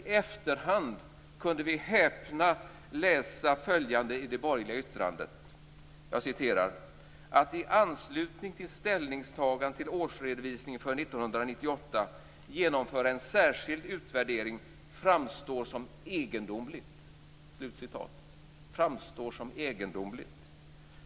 I efterhand kunde vi häpna läsa följande i det borgerliga yttrandet: "att i anslutning till ställningstagandet till årsredovisningen för år 1998 genomföra en särskild utvärdering framstår som egendomligt".